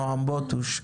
נועם בוטוש,